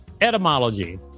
Etymology